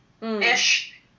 ish